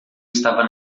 estava